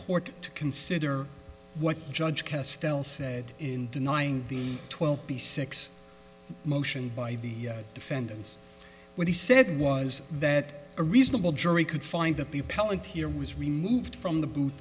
court to consider what judge castile said in denying the twelve b six motion by the defendants what he said was that a reasonable jury could find that the appellant here was removed from the booth